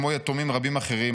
כמו יתומים רבים אחרים,